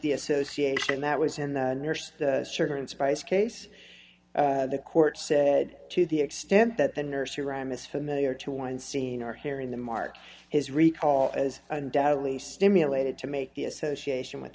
the association that was in the nurse sugar and spice case the court said to the extent that the nursery rhyme is familiar to one senior here in the mark his recall is undoubtedly stimulated to make the association with